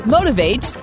Motivate